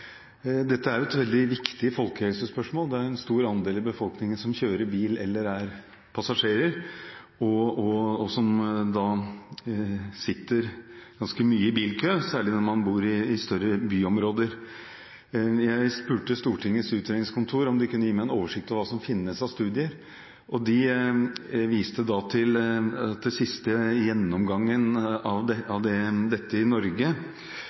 Dette er et veldig viktig folkehelsespørsmål. Det er en stor andel av befolkningen som kjører bil eller er passasjerer, og som sitter ganske mye i bilkø, særlig når man bor i større byområder. Jeg spurte Stortingets utredningsseksjon om de kunne gi meg en oversikt over hva som finnes av studier, og de viste da til siste gjennomgangen av dette i Norge. Den ble gjort av Ronny Klæboe ved Transportøkonomisk institutt i